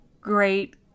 great